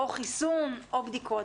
או חיסון או בדיקות.